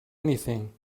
anything